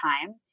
time